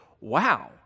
wow